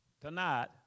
tonight